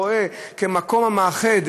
ורואה את הכותל המערבי כמקום מאחד.